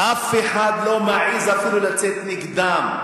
אף אחד לא מעז אפילו לצאת נגדם.